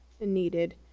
needed